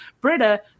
Britta